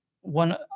one